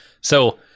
So-